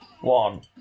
one